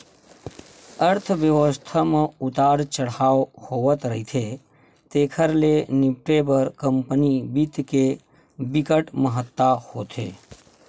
अर्थबेवस्था म उतार चड़हाव होवथ रहिथे तेखर ले निपटे बर कंपनी बित्त के बिकट महत्ता होथे